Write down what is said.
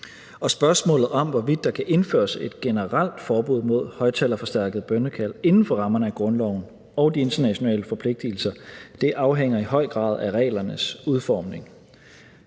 Også spørgsmålet om, hvorvidt der kan indføres et generelt forbud mod højtalerforstærkede bønnekald inden for rammerne af grundloven og de internationale forpligtigelser, afhænger i høj grad af reglernes udformning.